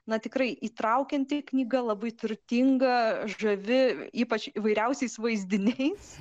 na tikrai įtraukianti knyga labai turtinga žavi ypač įvairiausiais vaizdiniais